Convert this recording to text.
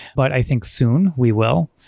but i think soon we will.